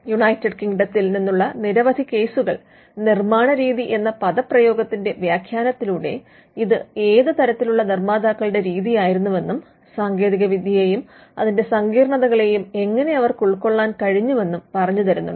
United കിംഗ്ഡത്തിൽ നിന്നുള്ള നിരവധി കേസുകൾ നിർമ്മാണരീതി എന്ന പദപ്രയോഗത്തിന്റെ വ്യാഖാനത്തിലൂടെ ഇത് ഏത് തരത്തിലുള്ള നിർമ്മാതാക്കളുടെ രീതിയായിരുന്നുവെന്നും സാങ്കേതിക വിദ്യയേയും അതിന്റെ സങ്കിർണതകളെയും എങ്ങെനെ അവർക്കുൾക്കൊള്ളാൻ കഴിഞ്ഞുവെന്നും പറഞ്ഞുതരുന്നുണ്ട്